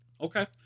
Okay